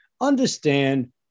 understand